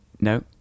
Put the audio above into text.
no